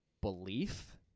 belief